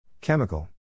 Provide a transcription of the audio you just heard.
Chemical